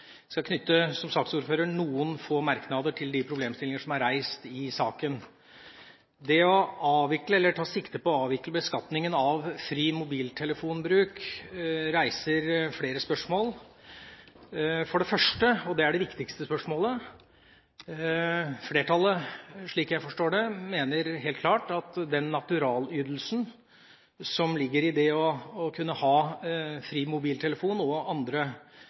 skal som saksordfører knytte noen få merknader til de problemstillinger som er reist i saken. Det å avvikle eller ta sikte på å avvikle beskatningen av fri mobiltelefonbruk reiser flere spørsmål. For det første, og det er det viktigste spørsmålet: Flertallet, slik jeg forstår det, mener helt klart at den naturalytelsen som ligger i det å kunne ha fri mobiltelefon og andre